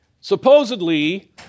supposedly